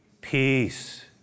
Peace